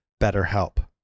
BetterHelp